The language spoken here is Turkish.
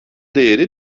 değeri